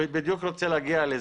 אני בדיוק רוצה להגיע לזה.